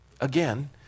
Again